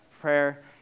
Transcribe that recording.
prayer